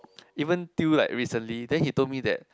even till like recently then he told me that